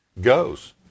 goes